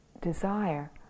desire